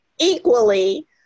equally